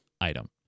item